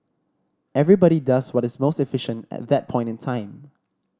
everybody does what is most efficient at that point in time